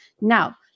Now